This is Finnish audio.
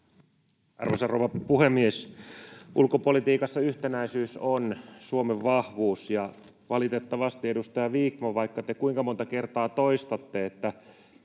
Arvoisa rouva puhemies! Ulkopolitiikassa yhtenäisyys on Suomen vahvuus, ja valitettavasti, edustaja Vikman, vaikka te kuinka monta kertaa toistatte, että